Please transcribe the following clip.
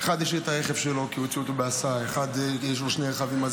אחד יש לו את הרכב שלו,